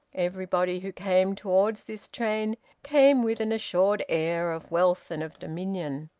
everybody who came towards this train came with an assured air of wealth and of dominion.